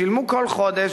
שילמו כל חודש,